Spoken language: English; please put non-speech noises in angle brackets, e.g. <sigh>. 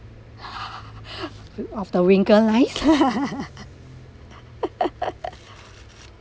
<laughs> of the <laughs>